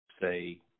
say